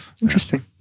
Interesting